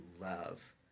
love